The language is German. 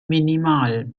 minimal